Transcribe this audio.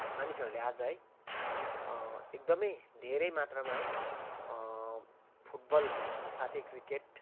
मानिसहरूले आज है एकदमै धेरै मात्रामा है फुटबल अनि साथै क्रिकेट